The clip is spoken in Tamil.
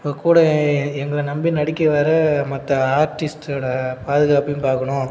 இப்போ கூட எங்களை நம்பி நடிக்க வர மற்ற ஆர்ட்டிஸ்ட்டோடய பாதுகாப்பையும் பார்க்கணும்